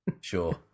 Sure